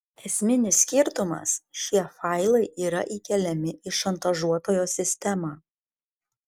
esminis skirtumas šie failai yra įkeliami į šantažuotojo sistemą